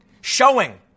showing